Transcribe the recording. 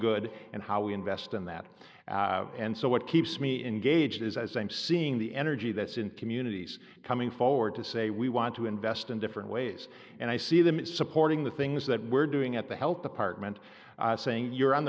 good and how we invest in that and so what keeps me engaged is as i'm seeing the energy that's in communities coming forward to say we want to invest in different ways and i see them as supporting the things that we're doing at the health department saying you're on